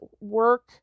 work